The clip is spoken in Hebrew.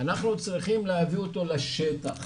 אנחנו צריכים להביא אותו לשטח,